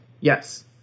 Yes